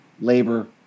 labor